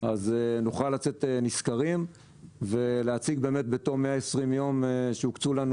נוכל לצאת נשכרים ולהציג באמת בתום 120 יום שהוקצו לנו